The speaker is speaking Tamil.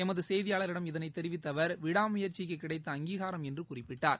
எமதுசெய்தியாளரிடம் இதனைத் தெரிவித்தஅவர் விடாமுயற்சிக்குக் கிடைத்த அங்கீகாரம் என்றுகுறிப்பிட்டார்